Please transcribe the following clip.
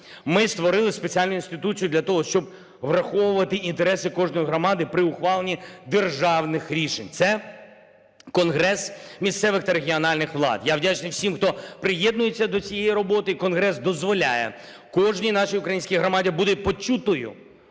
Ми створили спеціальну інституцію для того, щоб враховувати інтереси кожної громади при ухваленні державних рішень. Це Конгрес місцевих та регіональних влад. Я вдячний всім, хто приєднується до цієї роботи, конгрес дозволяє кожній нашій українській громаді бути почутою,